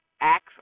acts